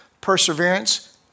Perseverance